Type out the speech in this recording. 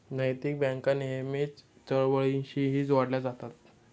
नैतिक बँका नेहमीच चळवळींशीही जोडल्या जातात